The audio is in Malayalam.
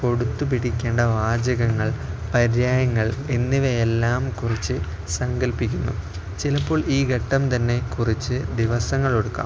തൊടുത്തുപിടിക്കേണ്ട വാചകങ്ങൾ പര്യായങ്ങൾ എന്നിവയെല്ലാത്തിനെയും കുറിച്ച് സങ്കല്പ്പിക്കുന്നു ചിലപ്പോൾ ഈ ഘട്ടം തന്നെ കുറച്ച് ദിവസങ്ങളെടുക്കാം